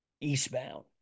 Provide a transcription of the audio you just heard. eastbound